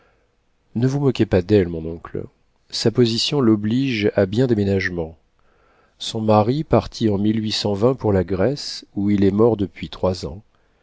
ne vous moquez pas d'elle mon oncle sa position l'oblige à bien des ménagements son mari partit en pour la grèce où il est mort depuis trois ans